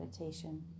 meditation